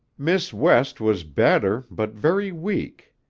miss west was better, but very weak.